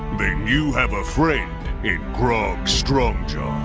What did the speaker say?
then you have a friend in grog strongjaw.